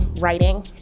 writing